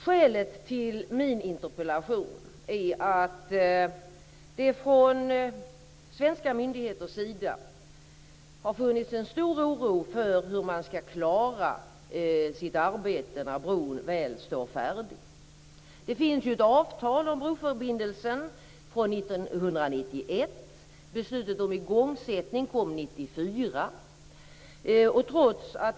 Skälet till min interpellation är att det från svenska myndigheters sida har funnits en stor oro för hur man skall klara sitt arbete när bron väl står färdig. Det finns ett avtal om broförbindelsen från 1991, och beslutet om igångsättning kom 1994.